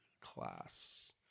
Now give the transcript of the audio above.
class